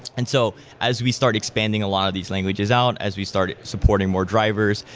and so as we start expanding a lot of these languages out, as we start supporting more drivers,